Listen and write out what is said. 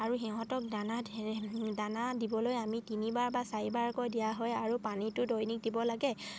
আৰু সিহঁতক দানা দানা দিবলৈ আমি তিনিবাৰ বা চাৰিবাৰকৈ দিয়া হয় আৰু পানীটো দৈনিক দিব লাগে